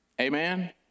Amen